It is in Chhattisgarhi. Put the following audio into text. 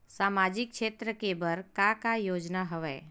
सामाजिक क्षेत्र के बर का का योजना हवय?